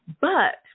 But-